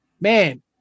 Man